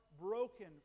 broken